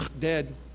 dead